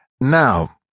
Now